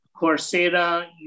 Coursera